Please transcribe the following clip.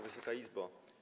Wysoka Izbo!